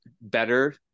better